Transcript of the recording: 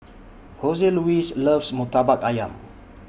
Joseluis loves Murtabak Ayam